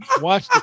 watch